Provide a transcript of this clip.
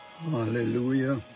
Hallelujah